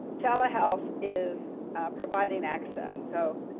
telehealth is providing access, so,